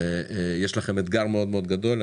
יש לכם אתגר מאד מאד גדול,